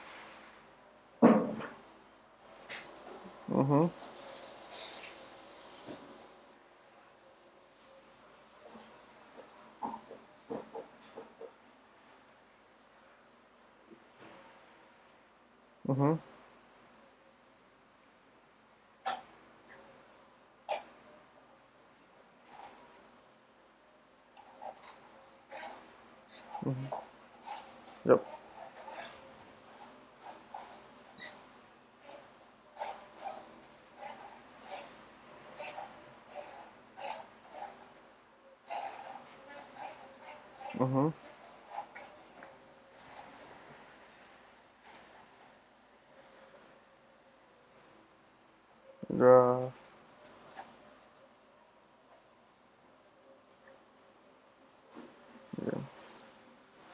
mmhmm mmhmm yup mmhmm ya ya